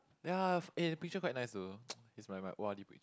ya eh the pictures quite nice though it's my my o_r_d pic~